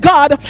God